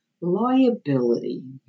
liability